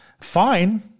Fine